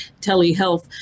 telehealth